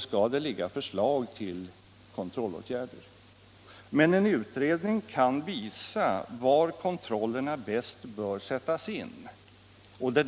skall det givetvis ställas förslag till kontrollåtgärder. Men en utredning kan visa var kontrollerna bäst bör sättas in.